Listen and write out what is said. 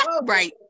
Right